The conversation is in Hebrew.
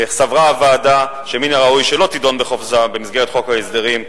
הוועדה סברה שמן הראוי שלא תידון בחופזה במסגרת חוק ההסדרים.